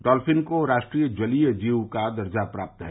dolphin को राष्ट्रीय जलीय जीव का दर्जा प्राप्त है